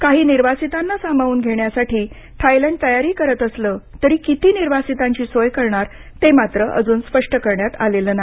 काही निर्वासितांना सामावून घेण्यासाठी थायलंड तयारी करत असलं तरी किती निर्वासितांची सोय करणार ते मात्र स्पष्ट करण्यात आलेलं नाही